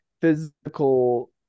physical